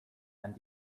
and